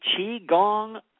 Qigong